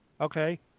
Okay